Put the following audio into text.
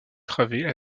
travées